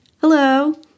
Hello